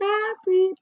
Happy